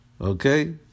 okay